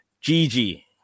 Gigi